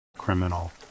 criminal